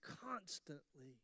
constantly